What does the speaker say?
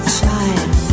child